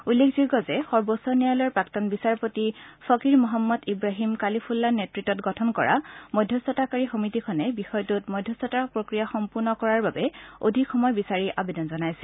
উল্লেখযোগ্য যে সৰ্বোচ্চ ন্যায়ালয়ৰ প্ৰাক্তন বিচাৰপতি ফকীৰ মহম্মদ ইৱাহিম কালিফুল্লাৰ নেতৃত্বত গঠন কৰা মধ্যস্থতাকাৰী সমিতিখনে বিষয়টোত মধ্যস্থতাৰ প্ৰক্ৰিয়া সম্পূৰ্ণ কৰাৰ বাবে অধিক সময় বিচাৰি আবেদন জনাইছিল